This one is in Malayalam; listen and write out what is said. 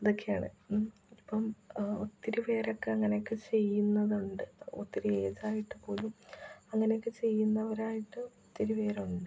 ഇതക്കെയാണ് ഇപ്പോള് ഒത്തിരി പേരൊക്കെ അങ്ങനൊക്കെ ചെയ്യുന്നതുകൊണ്ട് ഒത്തിരി ഏജായിട്ട് പോലും അങ്ങനെ ഒക്കെ ചെയ്യുന്നവരായിട്ട് ഒത്തിരി പേരുണ്ട്